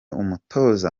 umutoza